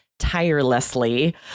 tirelessly